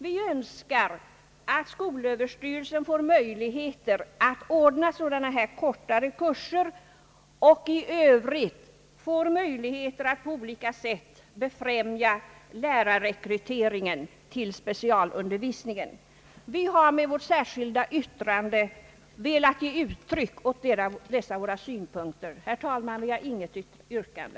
Vi önskar att skolöverstyrelsen får möjlighet att ordna sådana kortare kurser och att styrelsen i övrigt får möjligheter att på olika sätt främja lärarrekryteringen till specialundervisningen. Vi har med vårt särskilda yttrande velat ge uttryck åt dessa våra synpunkter. Herr talman! Jag har inget yrkande.